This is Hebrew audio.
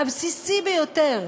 הבסיסי ביותר,